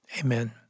Amen